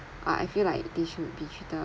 ah I feel like they should be treated